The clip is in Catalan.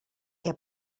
què